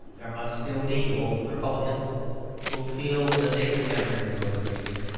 there must still be old republicans who feel that they could never endure a priest.